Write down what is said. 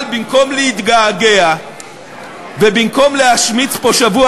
אבל במקום להתגעגע ובמקום להשמיץ פה שבוע